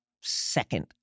second